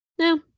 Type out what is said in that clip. No